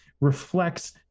reflects